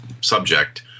subject